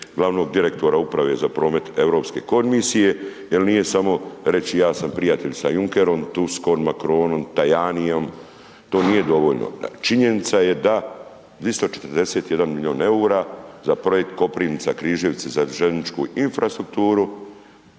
glavnog direktora Uprava za promet Europske komisije jel nije samo reći ja sam prijatelj sa Junckerom, Tuskom, Macronom, Tajanijem to nije dovoljno. Činjenica je da 241 milion EUR-a za projekt Koprivnica – Križevci za željezničku infrastrukturu